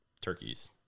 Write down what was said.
turkeys